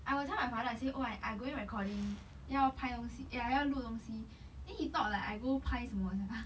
I will tell my father I say oh I I going recording 要拍东西 eh 要录东西 then he thought like I go 拍什么 sia